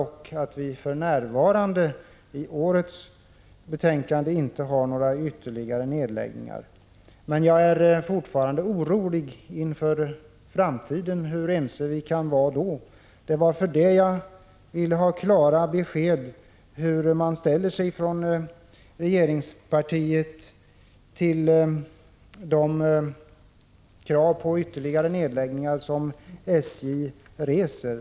Vidare, och det framgår av årets betänkande i detta sammanhang, är några ytterligare nedläggningar inte aktuella. Jag är dock fortfarande orolig. Jag undrar nämligen hur ense vi kan vara i framtiden. Det var därför jag ville ha klara besked om hur man i regeringspartiet ställer sig till de krav på ytterligare nedläggningar som SJ reser.